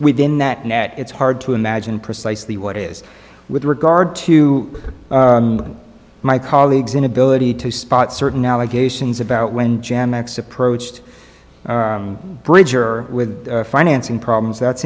within that net it's hard to imagine precisely what is with regard to my colleagues inability to spot certain allegations about when jan next approached bridger with finance and problems that's